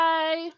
Bye